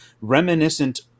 reminiscent